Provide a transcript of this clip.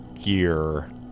gear